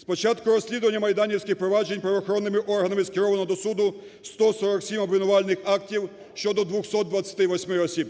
З початку розслідування майданівських проваджень правоохоронними органами скеровано до суду 147 обвинувальних актів щодо 228 осіб.